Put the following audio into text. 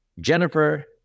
Jennifer